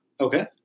Okay